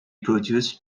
produce